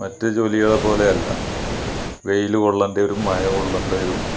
മറ്റു ജോലികളെപ്പോലെയല്ല വെയിൽ കൊള്ളേണ്ടി വരും മഴ കൊള്ളേണ്ടി വരും